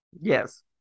Yes